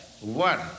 One